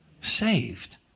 saved